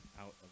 out